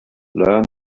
learn